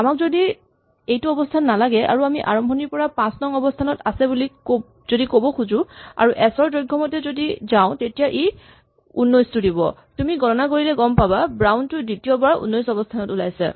আমাক যদি এইটো অৱস্হান নালাগে আৰু আমি আৰম্ভণিৰ পৰা ৫ নং অৱস্হানত আছে বুলি যদি ক'ব খোজো আৰু এচ ৰ দৈৰ্ঘমতে যদি যাওঁ তেতিয়া ই ১৯ দিব তুমি গণনা কৰিলে গম পাবা ব্ৰাউন দ্বিতীয়বাৰ ১৯ অৱস্হানত ওলাইছে